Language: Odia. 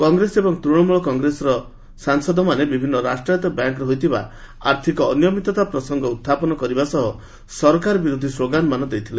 କଂଗ୍ରେସ ଏବଂ ତୃଶମ୍ବଳ କଂଗ୍ରେସର ସାଂସଦମାନେ ବିଭନ୍ନ ରାଷ୍ଟ୍ରାୟତ୍ତ ବ୍ୟାଙ୍କ୍ରେ ହୋଇଥିବା ଆର୍ଥକ ଅନିୟମିତତା ପ୍ରସଙ୍ଗ ଉତ୍ଥାପନ କରିବା ସହ ସରକାର ବିରୋଧି ସ୍କୋଗାନମାନ ଦେଇଥିଲେ